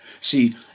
See